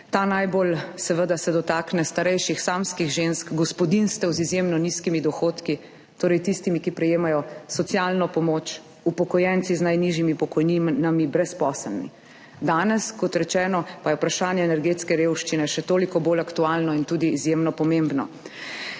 najbolj dotakne starejših samskih žensk, gospodinjstev z izjemno nizkimi dohodki, torej tistih, ki prejemajo socialno pomoč, upokojenci z najnižjimi pokojninami, brezposelni. Danes, kot rečeno, pa je vprašanje energetske revščine še toliko bolj aktualno in tudi izjemno pomembno.